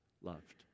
loved